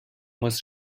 muss